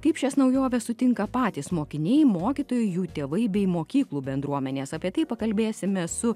kaip šias naujoves sutinka patys mokiniai mokytojai jų tėvai bei mokyklų bendruomenės apie tai pakalbėsime su